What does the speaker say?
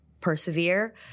persevere